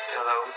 Hello